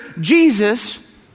Jesus